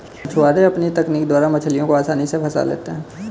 मछुआरे अपनी तकनीक द्वारा मछलियों को आसानी से फंसा लेते हैं